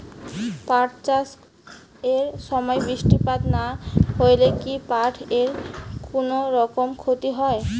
পাট চাষ এর সময় বৃষ্টিপাত না হইলে কি পাট এর কুনোরকম ক্ষতি হয়?